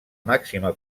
màxima